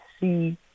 see